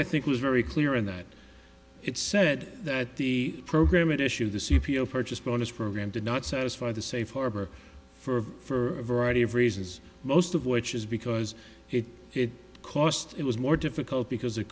i think was very clear in that it said that the program at issue the c p o purchase bonus program did not satisfy the safe harbor for for a variety of reasons most of which is because it cost it was more difficult because it